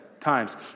times